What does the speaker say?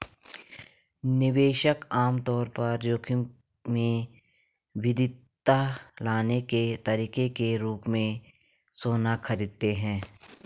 निवेशक आम तौर पर जोखिम में विविधता लाने के तरीके के रूप में सोना खरीदते हैं